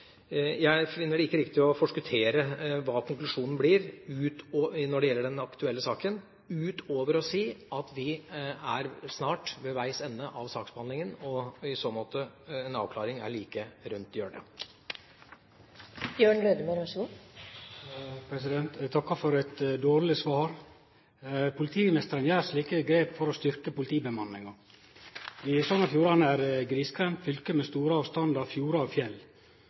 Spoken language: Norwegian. Jeg finner det ikke riktig å forskuttere hva konklusjonen blir når det gjelder den aktuelle saken, utover å si at vi snart er ved veis ende av saksbehandlingen, og i så måte: En avklaring er like om hjørnet. Eg takkar for eit dårleg svar. Politimeisteren gjer slike grep for å styrkje politibemanninga. Sogn og Fjordane er eit grisgrendt fylke med store avstandar, fjordar og fjell.